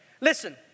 Listen